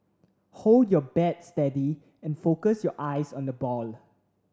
hold your bat steady and focus your eyes on the ball